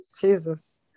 Jesus